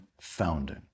founding